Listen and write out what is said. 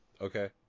Okay